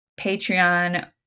Patreon